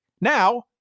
Now